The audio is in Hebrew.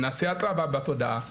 נעשה הכרה בתודעה בהיסטוריה,